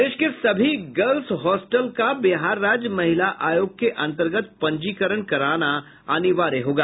प्रदेश के सभी girls hostel का बिहार राज्य महिला आयोग के अंतर्गत पंजीकरण कराना अनिवार्य होगा